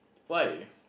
why